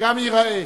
וגם ייראה,